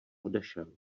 odešel